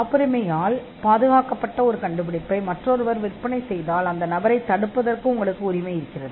காப்புரிமையால் மூடப்பட்ட ஒரு கண்டுபிடிப்பை வேறு யாராவது விற்றால் அந்த நபரைத் தடுக்க உங்களுக்கு உரிமை உண்டு